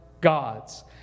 God's